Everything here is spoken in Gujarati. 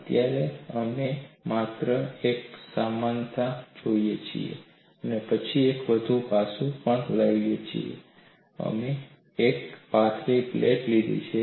અત્યારે અમે માત્ર એક સમાનતા જોઈએ છીએ અને અમે એક વધુ પાસું પણ લાવીએ છીએ અમે એક પાતળી પ્લેટ લીધી છે